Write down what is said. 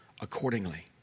accordingly